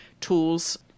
tools